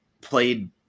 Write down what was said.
played